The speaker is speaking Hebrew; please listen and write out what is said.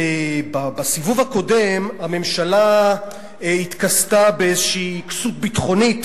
בסיבוב הקודם הממשלה התכסתה באיזו כסות ביטחונית,